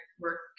work